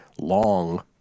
long